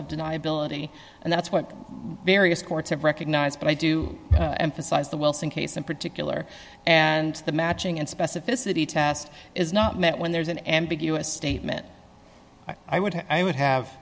of deniability and that's what various courts have recognized but i do emphasize the wilson case in particular and the matching and specificity test is not met when there's an ambiguous statement i would have i would have